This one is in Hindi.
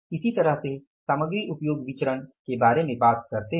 इसी तरह से सामग्री उपयोग विचरण के बारे में बात करते हैं